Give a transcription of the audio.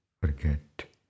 forget